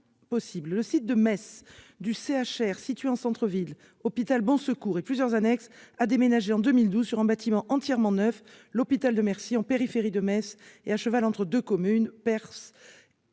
Le site de Metz du CHR situé en centre-ville- hôpital Notre-Dame-de-Bon-Secours et plusieurs annexes -a déménagé en 2012 dans un bâtiment entièrement neuf, l'hôpital de Mercy, en périphérie de Metz et à cheval entre deux communes, Peltre et